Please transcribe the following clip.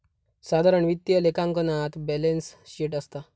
साधारण वित्तीय लेखांकनात बॅलेंस शीट असता